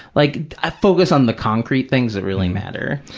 like, i focus on the concrete things that really matter.